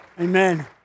Amen